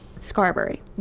Scarberry